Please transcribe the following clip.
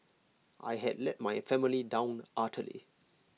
I had let my family down utterly